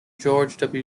george